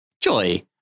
Joy